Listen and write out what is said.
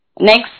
next